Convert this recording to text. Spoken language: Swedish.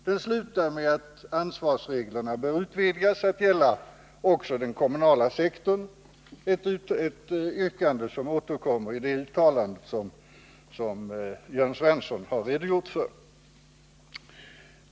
Den slutar med att ansvarsreglerna bör utvidgas att gälla också den kommunala sektorn, ett yrkande som återkommer i det uttalande som Jörn Svensson har redogjort för.